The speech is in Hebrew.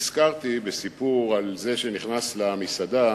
נזכרתי בסיפור על זה שנכנס למסעדה